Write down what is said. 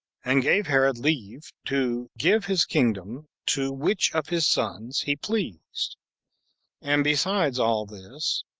and gave herod leave to give his kingdom to which of his sons he pleased and besides all this,